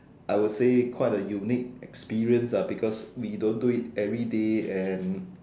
I would say quite a unique experience ah because we don't do it everyday and